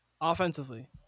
offensively